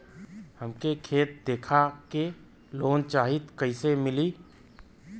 हमके खेत देखा के लोन चाहीत कईसे मिली?